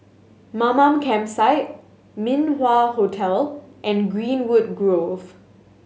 Mamam Campsite Min Wah Hotel and Greenwood Grove